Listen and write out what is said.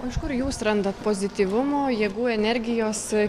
o iš kur jūs randat pozityvumo jėgų energijos